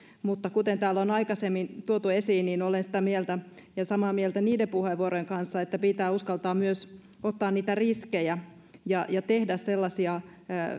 mutta kuten täällä on aikaisemmin tuotu esiin niin olen sitä mieltä ja samaa mieltä niiden puheenvuorojen kanssa että pitää myös uskaltaa ottaa riskejä ja ja tehdä sellaisia